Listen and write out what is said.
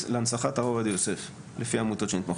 להנצחת הרב עובדיה יוסף לפי העמותות שנתמכות.